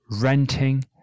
renting